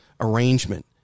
arrangement